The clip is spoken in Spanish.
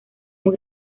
muy